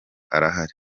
arahari